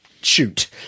shoot